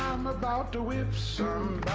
i'm about to whip so